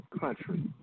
country